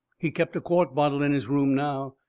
he kept a quart bottle in his room now.